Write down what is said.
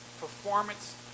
performance